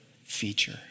feature